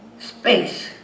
Space